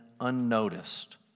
unnoticed